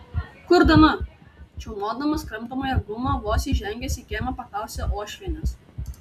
kur dana čiaumodamas kramtomąją gumą vos įžengęs į kiemą paklausė uošvienės